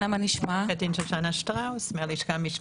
שטראוס פה.